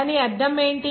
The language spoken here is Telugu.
దాని అర్థం ఏమిటి